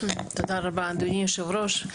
תודה רבה, אדוני היושב ראש.